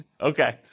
Okay